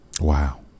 Wow